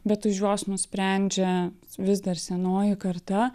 bet už juos nusprendžia vis dar senoji karta